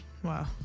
Wow